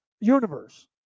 universe